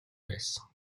байсан